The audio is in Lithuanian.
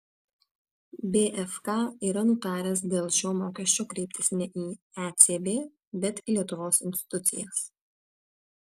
bfk yra nutaręs dėl šio mokesčio kreiptis ne į ecb bet į lietuvos institucijas